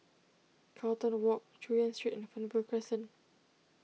Carlton Walk Chu Yen Street and Fernvale Crescent